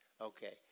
Okay